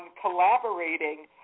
collaborating